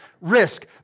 risk